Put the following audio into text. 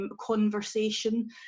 conversation